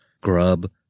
grub